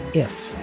if.